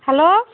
hello